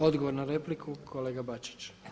Odgovor na repliku, kolega Bačić.